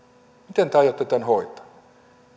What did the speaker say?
miten te aiotte tämän hoitaa